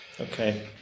Okay